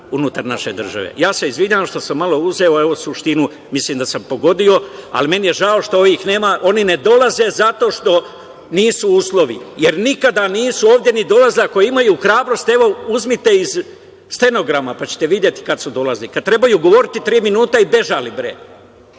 unutar naše države. Izvinjavam se što sam malo uzeo, evo suštinu mislim da sam podio, ali meni je žao što ovih nema. Oni ne dolaze zato što nisu uslovi, jer nikada nisu ovde nisu ni dolazili. Ako imaju hrabrosti, evo uzmite iz stenograma pa ćete videti kada su dolazili, kada trebaju govoriti tri minuta i bežali bre.